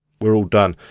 we're all done,